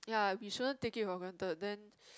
ya we shouldn't taking it for granted then